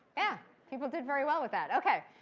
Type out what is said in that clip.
yeah. people did very well with that. ok,